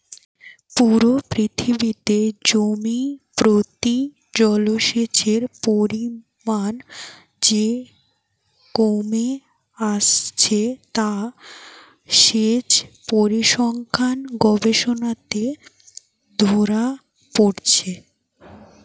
পুরো পৃথিবীতে জমি প্রতি জলসেচের পরিমাণ যে কমে আসছে তা সেচ পরিসংখ্যান গবেষণাতে ধোরা পড়ছে